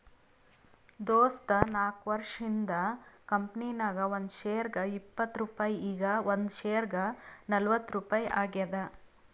ದೋಸ್ತ ನಾಕ್ವರ್ಷ ಹಿಂದ್ ಕಂಪನಿ ನಾಗ್ ಒಂದ್ ಶೇರ್ಗ ಇಪ್ಪತ್ ರುಪಾಯಿ ಈಗ್ ಒಂದ್ ಶೇರ್ಗ ನಲ್ವತ್ ರುಪಾಯಿ ಆಗ್ಯಾದ್